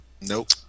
nope